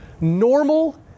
Normal